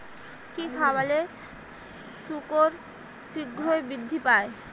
কি খাবালে শুকর শিঘ্রই বৃদ্ধি পায়?